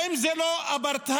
האם זה לא אפרטהייד,